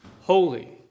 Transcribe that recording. Holy